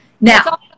now